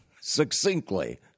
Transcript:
Succinctly